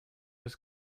was